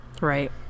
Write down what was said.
Right